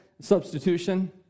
substitution